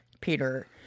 peter